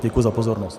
Děkuji za pozornost.